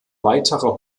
weiterer